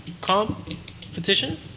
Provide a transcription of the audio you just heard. competition